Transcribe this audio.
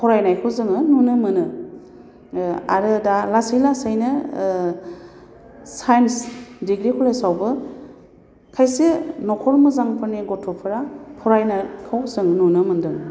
फरायनायखौ जोङो नुनो मोनो आरो दा लासै लासैनो साइन्स डिग्रि कलेजावबो खायसे नखर मोजांफोरनि गथ'फोरा फरायनायखौ जों नुनो मोनदों